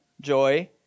joy